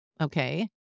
okay